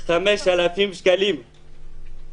-- ו-5,000 שקלים,